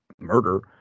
murder